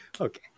okay